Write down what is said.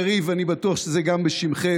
יריב, אני בטוח שזה גם בשמכם.